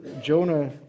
Jonah